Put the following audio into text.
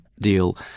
deal